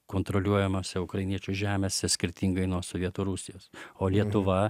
kontroliuojamose ukrainiečių žemėse skirtingai nuo sovietų rusijos o lietuva